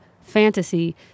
fantasy